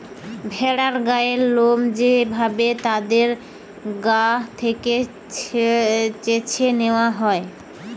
ভেড়ার গায়ের লোম যে ভাবে তাদের গা থেকে চেছে নেওয়া হয়